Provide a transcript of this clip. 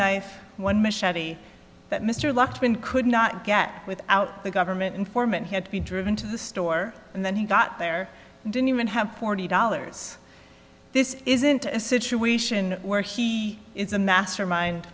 knife one machete that mr lupton could not get without the government informant he had to be driven to the store and then he got there didn't even have forty dollars this isn't a situation where he is a mastermind